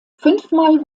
fünfmal